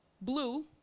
blue